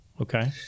Okay